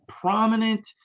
prominent